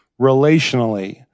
relationally